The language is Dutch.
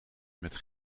met